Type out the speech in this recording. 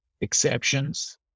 exceptions